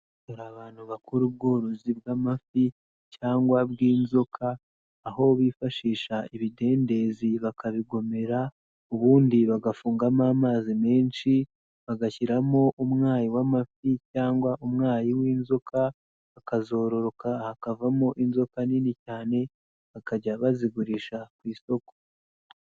Dore abantu bakora ubworozi bw'amafi cyangwa bw'inzoka, aho bifashisha ibidendezi bakabigomera, ibindi bagafungamo amazi menshi, bagashyiramo umwayi w'amafi cyangwa umwayi w'inzoka, akazororoka hakavamo inzoka nini cyane bakajya bazigurisha ku isoko.